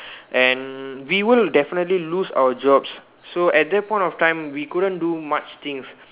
and we will definitely lose our jobs so at that point of time we couldn't do much things